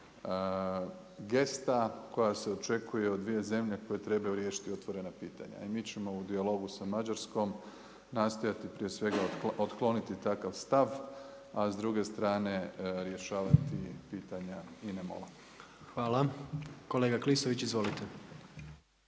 gesta koja se očekuje od dvije zemlje koje trebaju riješiti otvorena pitanja. I mi ćemo u dijalogu sa Mađarskom nastojati prije svega otkloniti takav stav, a s druge strane rješavati pitanje INA-e MOL-a. **Jandroković, Gordan